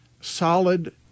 solid